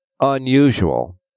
unusual